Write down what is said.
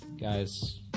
Guys